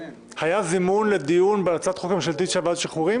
היה זימון לדיון בהצעת החוק הממשלתית של ועדת השחרורים.